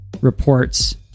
reports